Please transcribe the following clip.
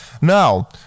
Now